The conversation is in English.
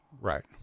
Right